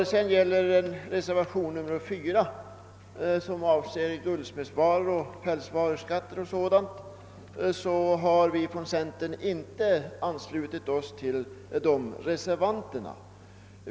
Beträffande reservationen 4, som bl.a. avser guldsmedsvaruoch pälsvaruskatter, har vi i centerpartiet inte anslutit oss till reservanterna.